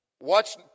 watch